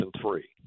three